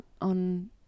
on